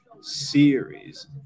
series